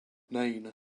nine